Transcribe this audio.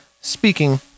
speaking